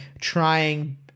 trying